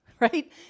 right